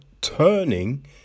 turning